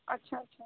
اچھا اچھا